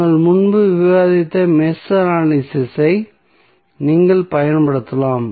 நாங்கள் முன்பு விவாதித்த மெஷ் அனலிசிஸ் ஐ நீங்கள் பயன்படுத்தலாம்